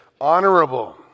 honorable